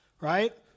right